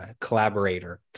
collaborator